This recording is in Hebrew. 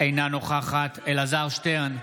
אינה נוכחת אלעזר שטרן,